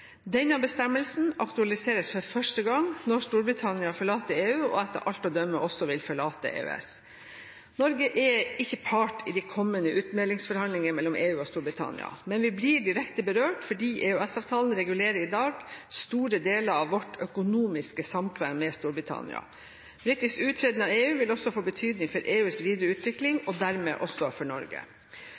Denne bestemmelsen aktualiseres for første gang når Storbritannia forlater EU, og etter alt å dømme også vil forlate EØS. Norge er ikke part i de kommende utmeldingsforhandlinger mellom EU og Storbritannia. Men vi blir direkte berørt fordi EØS-avtalen regulerer i dag store deler av vårt økonomiske samkvem med Storbritannia. Britisk uttreden av EU vil også få betydning for EUs videre utvikling og dermed også for Norge.